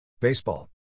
Baseball